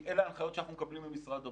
כי אלה הנחיות שאנחנו מקבלים ממשרד הבריאות.